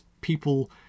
people